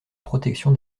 protection